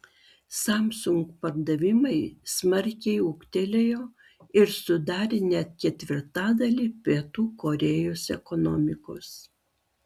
samsung pardavimai smarkiai ūgtelėjo ir sudarė net ketvirtadalį pietų korėjos ekonomikos